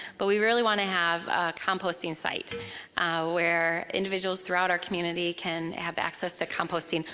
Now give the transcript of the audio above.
but we really wanna have a composting site where individuals throughout our community can have access to composting.